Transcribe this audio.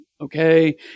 Okay